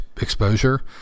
exposure